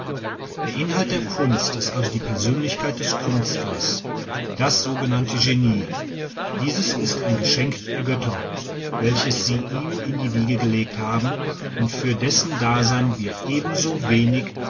der inhalt der kunst ist also die persönlichkeit des künstlers das sogenannte genie dieses ist ein geschenk der götter welches sie ihm in die wiege gelegt haben und für dessen dasein wir ebensowenig